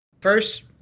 First